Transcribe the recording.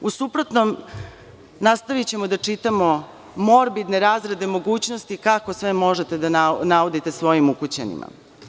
U suprotnom nastavićemo da čitamo morbidne razrade mogućnosti kako sve možete da naudite svojim ukućanima.